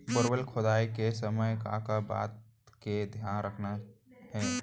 Borewell खोदवाए के समय का का बात के धियान रखना हे?